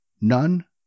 None